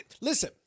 listen